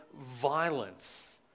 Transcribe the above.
violence